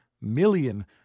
million